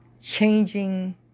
Changing